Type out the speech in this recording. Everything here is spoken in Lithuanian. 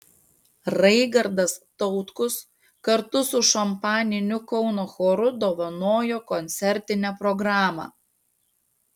raigardas tautkus kartu su šampaniniu kauno choru dovanojo koncertinę programą